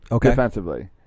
defensively